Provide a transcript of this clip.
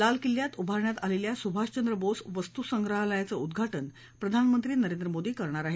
लाल किल्यात उभारण्यात आलेल्या सुभाषचंद्र बोस वस्तुसंग्रहालयाचं उद्घाटन प्रधानमंत्री नरेंद्र मोदी करणार आहेत